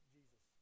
Jesus